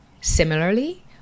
Similarly